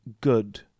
good